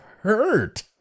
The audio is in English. hurt